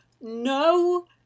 no